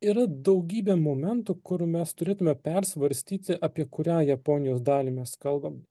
yra daugybė momentų kur mes turėtume persvarstyti apie kurią japonijos dalį mes kalbam